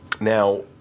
Now